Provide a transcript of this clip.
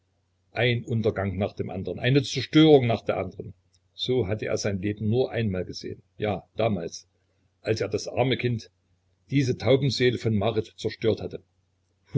ein untergang nach dem andern eine zerstörung nach der andern so hatte er sein leben nur einmal gesehen ja damals als er das arme kind diese taubenseele von marit zerstört hatte